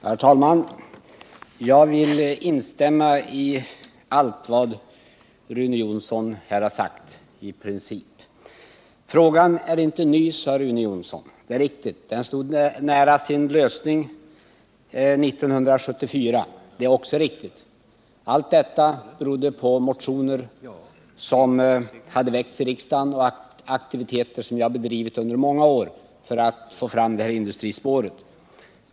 Herr talman! Jag vill instämma i allt vad Rune Jonsson i Husum här har sagt. Frågan är inte ny, sade Rune Jonsson. Det är riktigt. Det är också riktigt att frågan 1974 var nära sin lösning. Det berodde på motioner som hade väckts i riksdagen och på aktiviteter som jag under många år hade bedrivit för att få fram detta industrispår.